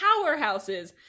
powerhouses